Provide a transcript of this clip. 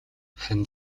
харин